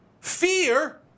fear